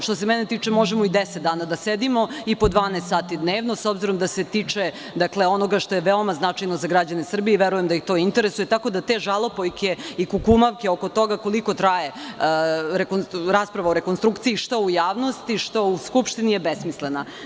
Što se mene tiče, možemo i 10 dana da sedimo i po 12 sati dnevno, s obzirom da se tiče onoga što je veoma značajno za građane Srbije i verujem da ih to interesuje, tako da te žalopojke i kukumavke oko toga koliko traje rasprava o rekonstrukciji, što u javnosti, što u Skupštini, je besmislena.